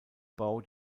bau